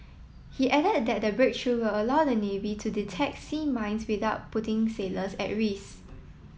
he added that the breakthrough will allow the navy to detect sea mines without putting sailors at risk